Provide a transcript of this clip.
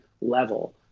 level